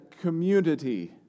community